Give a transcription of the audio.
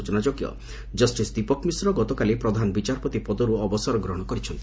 ସ୍ଚନାଯୋଗ୍ୟ ଜଷ୍ ଦୀପକ ମିଶ୍ର ଗତକାଲି ପ୍ରଧାନ ବିଚାରପତି ପଦରୁ ଅବସର ଗ୍ରହଣ କରିଛନ୍ତି